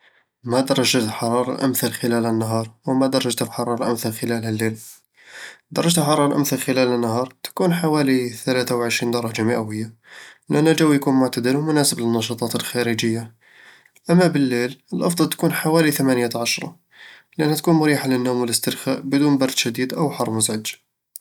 ما درجة الحرارة الأمثل خلال النهار؟ وما درجة الحرارة الأمثل خلال الليل؟ درجة الحرارة الأمثل خلال النهار تكون حوالي ثلاثة وعشرين درجة مئوية ، لأن الجو يكون معتدل ومناسب للنشاطات الخارجية. أما بالليل، الأفضل تكون حوالي ثمانية عشرة، لأنها تكون مريحة للنوم والاسترخاء بدون برد شديد أو حر مزعج